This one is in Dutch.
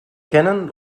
canon